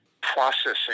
processing